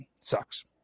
sucks